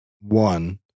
one